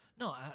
No